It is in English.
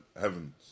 heavens